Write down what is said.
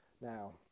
Now